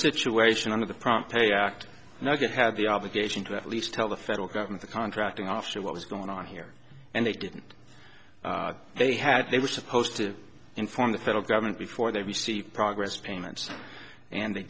situation under the prompt pay act now you have the obligation to at least tell the federal government the contracting officer what was going on here and they didn't they had they were supposed to inform the federal government before they received progress payments and they